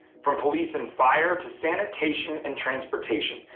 from police and fire to sanitation and transportation,